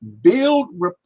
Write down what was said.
Build